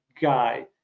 guy